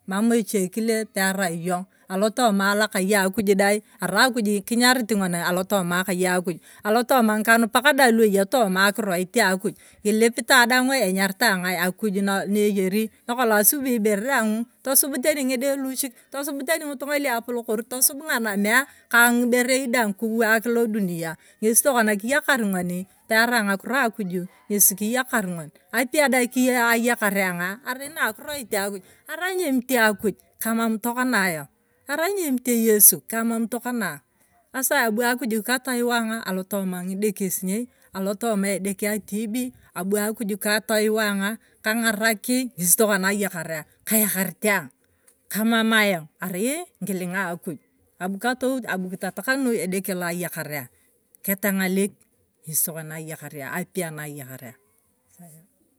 Emam echekele pe karai yong alotomaa akai akuj dai argi akuj kinyarit alotoma akai akuj. alotoma ng'ikanupak dai tueya tooma akiiroit akuj ilipitae daang enyaritae akuj naeyeri nakolong asubi ibere daanga tosub teni ng'ide luchik. tosub teni ng'itong'a luapolok or tosub ng'anamia ka ng'iberei daang kiiwaak lodunia ng'esi tokona kijakam ng'ori pearsi ng'akuro akuju ng'esi kiyakar ng'ori apipia dai ayakari ang'a ara na akiroit akuj arai nyemite akuj kamam tokona ayong. arai nyemite yesu kama tokona ayong asa abu akuj kataiu ayong alotoma ng'idekesinei. alotoma edeke atibi abu akuju kataru ayong'o. kang'araki ngesi tokona ayakari ayong'o kayakaritiana. kamama. ayong arai ng'ikiling'a akuj abu katout kitatakanu edeke la ayakari ayona. keteng'alek ng'esi tokona apya na ayekariang'.